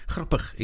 Grappig